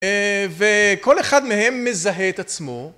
וכל אחד מהם מזהה את עצמו.